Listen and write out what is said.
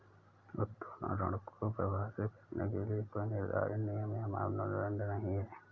उत्तोलन ऋण को परिभाषित करने के लिए कोई निर्धारित नियम या मानदंड नहीं है